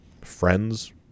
friends